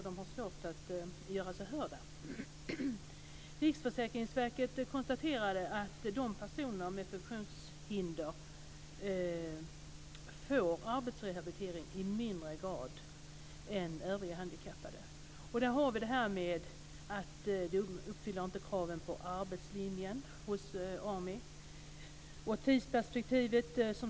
De har svårt att göra sig hörda. Riksförsäkringsverket konstaterade att personer med funktionshinder får arbetsrehabilitering i mindre grad än övriga handikappade. Där har vi det här med att man inte uppfyller kraven på arbetslinjen hos AMI.